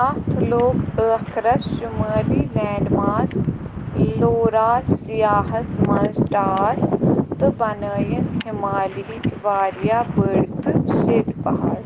اتھ لوٚگ ٲخرَس شُمٲلی لینڈ ماس لوراسیاہَس منٛز ٹاس تہٕ بنٲیِن ہمالیہٕک واریاہ بٔڑ تہٕ سیٚدۍ پہاڑ